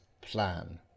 plan